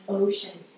ocean